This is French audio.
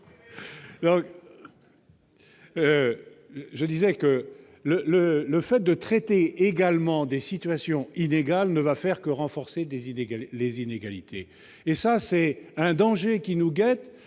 terribles ! Le fait de traiter également des situations inégales ne va faire que renforcer les inégalités. C'est le danger qui nous guette,